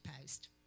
post